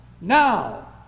now